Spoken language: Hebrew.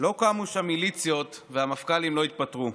לא קמו שם מיליציות והמפכ"לים לא התפטרו.